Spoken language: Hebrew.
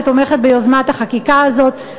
שתומכת ביוזמת החקיקה הזאת,